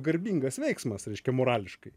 garbingas veiksmas reiškia morališkai